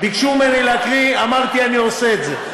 ביקשו ממני להקריא, אמרתי שאני עושה את זה.